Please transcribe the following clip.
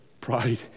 pride